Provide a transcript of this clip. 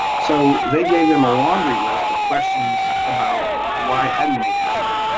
so they gave them a laundry list of questions about why hadn't they tested,